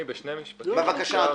בבקשה.